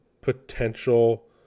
potential